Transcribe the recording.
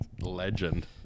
legend